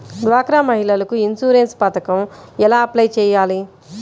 డ్వాక్రా మహిళలకు ఇన్సూరెన్స్ పథకం ఎలా అప్లై చెయ్యాలి?